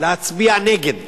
להצביע נגד